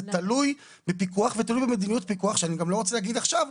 זה תלוי בפיקוח ותלוי במדיניות פיקוח שאני גם לא רוצה להגיד עכשיו,